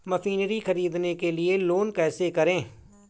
Machinery ख़रीदने के लिए लोन कैसे करें?